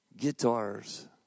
Guitars